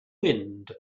wind